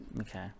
Okay